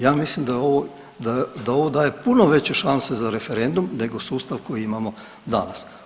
Ja mislim da ovo, da ovo daje puno veće šanse za referendum nego sustav koji imamo danas.